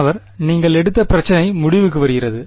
மாணவர் நீங்கள் எடுத்த பிரச்சினை முடிவுக்கு வருகிறது